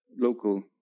local